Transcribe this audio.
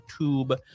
YouTube